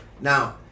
Now